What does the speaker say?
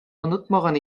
онытмаган